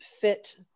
fit